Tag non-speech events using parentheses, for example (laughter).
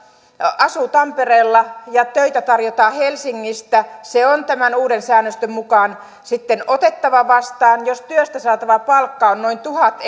asuu tampereella ja töitä tarjotaan helsingistä niin se on näiden uuden säännösten mukaan sitten otettava vastaan jos työstä saatava palkka on noin tuhat (unintelligible)